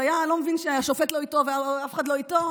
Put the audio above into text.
ולא היה מבין שהשופט לא איתו ואף אחד לא איתו,